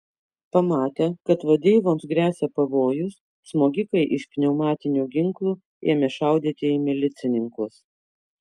pamatę kad vadeivoms gresia pavojus smogikai iš pneumatinių ginklų ėmė šaudyti į milicininkus